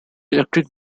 electric